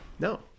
No